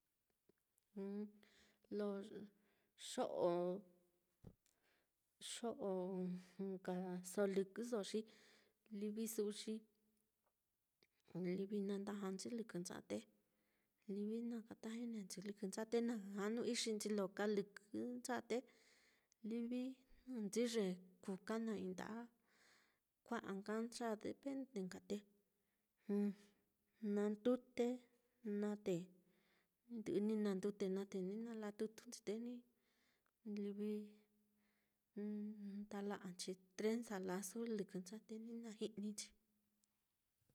lo xo'o xo'o nkaso lɨkɨso xi livi su'u xi livi na ndaja nchi lɨkɨncha'a, te livi na kata nchi lɨkɨncha'a, te na janu ixinchi lo kalɨkɨncha'a te livi jnɨnchi ye kuka naá i'i nda'a kua'a nkancha'a á, depende nka te nandute naá, te ni ndɨ'ɨ ni na ndute naá, te ni nala tutunchi te ni livi ni nda'anchi trenza lasu lɨkɨncha'a te ni naji'ninchi